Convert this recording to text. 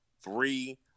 three